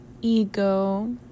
ego